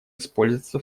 использоваться